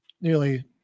nearly